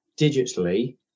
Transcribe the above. digitally